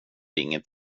inget